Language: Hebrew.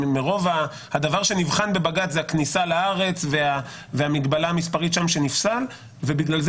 הדבר שנבחן בבג"ץ זה הכניסה לארץ והמגבלה המספרית שם נפסלה ובגלל זה